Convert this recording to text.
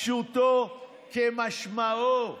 פשוטו כמשמעו.